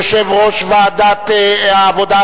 יושב-ראש ועדת העבודה,